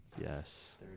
yes